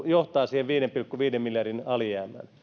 johtaa siihen viiden pilkku viiden miljardin alijäämään